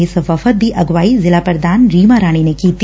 ਇਸ ਵਫ਼ਦ ਦੀ ਅਗਵਾਈ ਜ਼ਿਲਾ ਪ੍ਰਧਾਨ ਰੀਮਾ ਰਾਣੀ ਨੇ ਕੀਤੀ